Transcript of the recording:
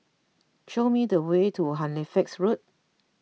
show me the way to Halifax Road